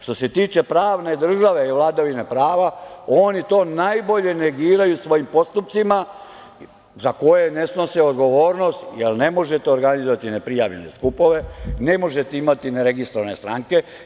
Što se tiče pravne države i vladavine prava, oni to najbolje negiraju svojim postupcima za koje ne snose odgovornost, jer ne možete organizovati ne prijavljene skupove, ne možete imati ne registrovane stranke.